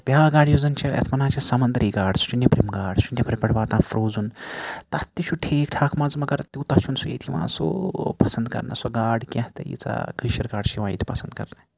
بیاکھ گاڈ یُس زَن چھِ یتھ وَنان چھِ سَمَنٛدری گاڈ سۄ چھِ نیٚبرِم گاڈ سۄ چھِ نیٚبرٕ پیٹھ واتان فٕروزٕن تَتھ تہِ چھُ ٹھیٖک ٹھاک مَزٕ مَگَر تیوٗتاہ چھُنہٕ سُہ ییٚتہِ یِوان سُہ پَسَنٛد کَرنہٕ سۄ گاڈ کینٛہہ ییٖژاہ کٲشٕر گاڈ چھ یِوان ییٚتہِ پَسَنٛد کَرنہٕ